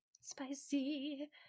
Spicy